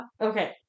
Okay